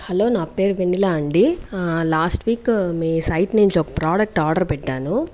hello నా పేరు వెన్నెల అండి లాస్ట్ వీక్ మీ సైట్ నుంచి ఒక ప్రోడక్ట్ ఆర్డర్ పెట్టాను